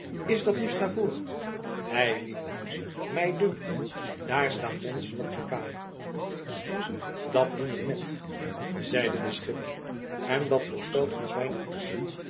is dat nu stavoren eilieve mij dunkt daar staan menschen op de kaai dat doen er net zeide de schipper en dat voorspelt ons weinig goeds